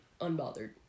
unbothered